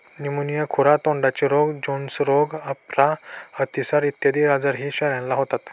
pneumonia, खुरा तोंडाचे रोग, जोन्स रोग, अपरा, अतिसार इत्यादी आजारही शेळ्यांना होतात